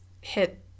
hit